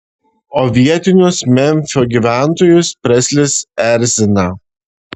o vietinius memfio gyventojus preslis erzina